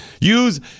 Use